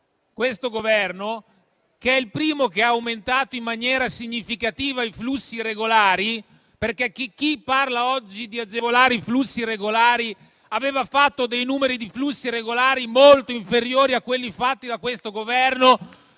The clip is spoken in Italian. questo Governo è il primo che ha aumentato in maniera significativa i flussi regolari. Chi parla oggi di agevolarli aveva previsto numeri di flussi regolari molto inferiori a quelli fatti da questo Governo